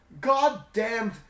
goddamned